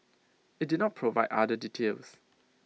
IT did not provide other details